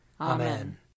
Amen